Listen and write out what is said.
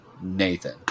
nathan